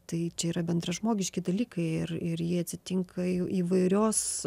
tai čia yra bendražmogiški dalykai ir ir jie atsitinka įvairios